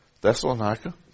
Thessalonica